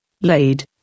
laid